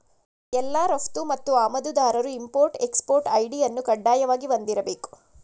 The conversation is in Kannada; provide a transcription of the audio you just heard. ಎಲ್ಲಾ ರಫ್ತು ಮತ್ತು ಆಮದುದಾರರು ಇಂಪೊರ್ಟ್ ಎಕ್ಸ್ಪೊರ್ಟ್ ಐ.ಡಿ ಅನ್ನು ಕಡ್ಡಾಯವಾಗಿ ಹೊಂದಿರಬೇಕು